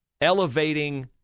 elevating